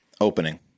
Opening